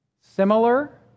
similar